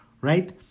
Right